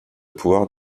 pouvoir